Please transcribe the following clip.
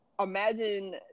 Imagine